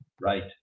Right